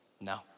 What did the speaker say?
no